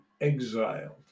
exiled